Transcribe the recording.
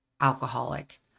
alcoholic